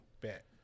Bet